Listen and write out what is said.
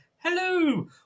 hello